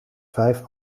vijf